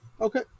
Okay